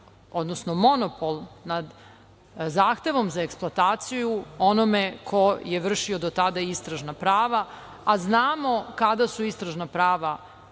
odnosno monopol nad zahtevom za eksploataciju onome ko je vršio do tada istražna prava, a znamo kada su istražna prava